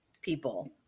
people